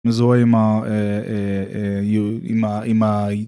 מזוהה עם ה... עם ה...